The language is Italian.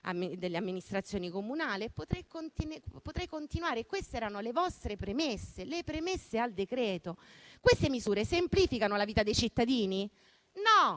delle amministrazioni comunali e potrei continuare. Queste erano le vostre premesse al decreto-legge. Queste misure semplificano la vita dei cittadini? No,